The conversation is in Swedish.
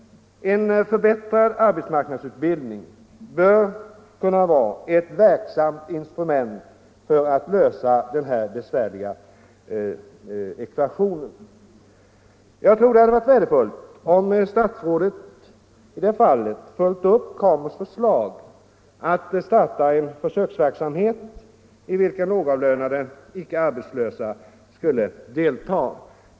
En förbättrad arbetsmarknadsutbildning bör kunna vara ett verksamt instrument för att lösa den här besvärliga ekvationen. Jag tror det hade varit värdefullt om statsrådet i det här fallet följt upp KAMU:s förslag att starta en försöksverksamhet i vilken lågavlönade 19 icke arbetslösa skulle delta.